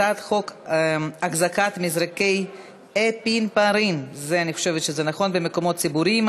הצעת חוק החזקת מזרקי אפינפרין במקומות ציבוריים,